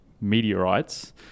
meteorites